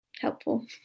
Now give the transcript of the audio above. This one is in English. helpful